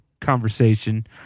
conversation